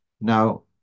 now